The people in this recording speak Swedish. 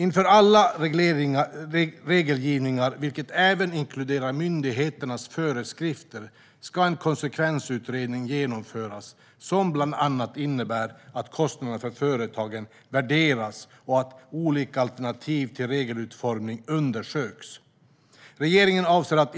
Inför all regelgivning, vilket även inkluderar myndigheternas föreskrifter, ska en konsekvensutredning genomföras som bland annat innebär att kostnaderna för företagen värderas och att olika alternativ till regelutformning undersöks. Regeringen avser att